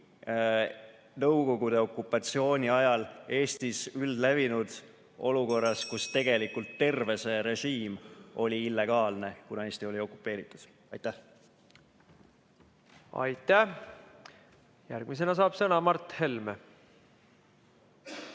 Nõukogude okupatsiooni ajal Eestis üldlevinud, olukorras, kus tegelikult terve see režiim oli illegaalne, kuna Eesti oli okupeeritud. Aitäh! Aitäh! Järgmisena saab sõna Mart Helme.